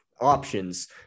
options